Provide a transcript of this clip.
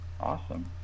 awesome